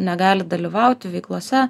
negali dalyvauti veiklose